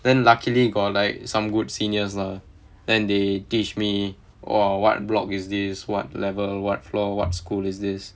then luckily got like some good seniors lah then they teach me orh what block is this what level what floor what school is this